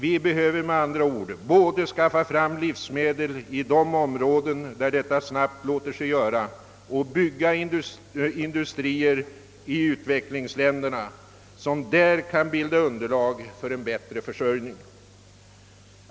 Vi behöver med andra ord både skaffa fram livsmedel i de områden, där detta snabbt låter sig göra, och bygga industrier i utvecklingsländerna, som där kan bilda underlag för en bättre försörjning.